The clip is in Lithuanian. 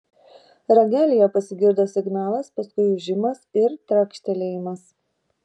ragelyje pasigirdo signalas paskui ūžimas ir trakštelėjimas